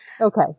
Okay